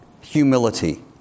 humility